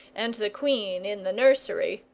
and the queen in the nursery,